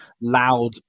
loud